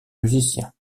musicien